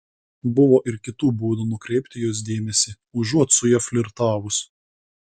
buvo ir kitų būdų nukreipti jos dėmesį užuot su ja flirtavus